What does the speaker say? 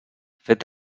fet